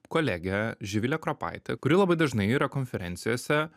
kolegę živilę kropaitę kuri labai dažnai yra konferencijose